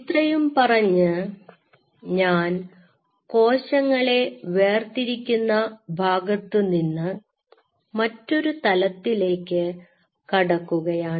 ഇത്രയും പറഞ്ഞ് ഞാൻ കോശങ്ങളെ വേർതിരിക്കുന്ന ഭാഗത്തുനിന്ന് മറ്റൊരു തലത്തിലേക്ക് കടക്കുകയാണ്